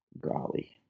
golly